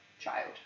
child